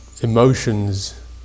emotions